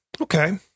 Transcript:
Okay